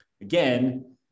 Again